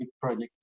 project